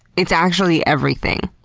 it's actually everything.